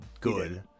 good